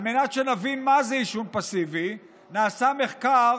על מנת שנבין מה זה עישון פסיבי, נעשה מחקר